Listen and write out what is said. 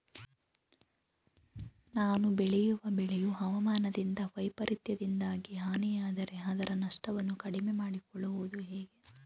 ನಾನು ಬೆಳೆಯುವ ಬೆಳೆಯು ಹವಾಮಾನ ವೈಫರಿತ್ಯದಿಂದಾಗಿ ಹಾನಿಯಾದರೆ ಅದರ ನಷ್ಟವನ್ನು ಕಡಿಮೆ ಮಾಡಿಕೊಳ್ಳುವುದು ಹೇಗೆ?